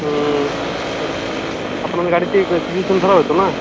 হুম আপনাদের গাড়িতে যে তিরিশজন ধরা হবে তো না